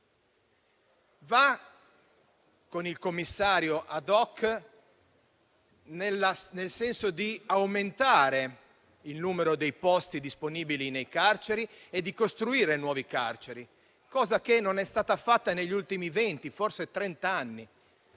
Va, con il commissario *ad hoc*, nel senso di aumentare il numero dei posti disponibili nelle carceri e di costruire nuove carceri, cosa che non è stata fatta negli ultimi venti, forse trent'anni,